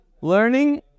learning